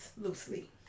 loosely